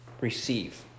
Receive